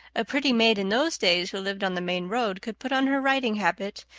a pretty maid in those days who lived on the main road could put on her riding-habit,